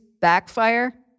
backfire